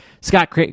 scott